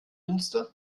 münster